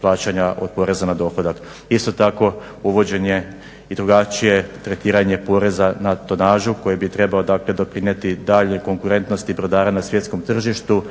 plaćanja od poreza na dohodak. Isto tako uvođenje i drugačije tretiranje poreza na tonažu koji bi trebao dakle doprinijeti daljnjoj konkurentnosti brodara na svjetskom tržištu,